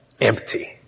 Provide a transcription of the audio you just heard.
empty